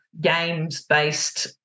games-based